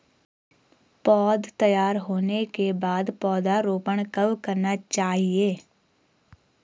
पौध तैयार होने के बाद पौधा रोपण कब करना चाहिए?